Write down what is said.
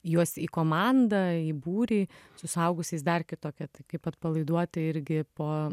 juos į komandą į būrį su suaugusiais dar kitokia tai kaip atpalaiduoti irgi po